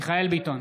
מיכאל מרדכי ביטון,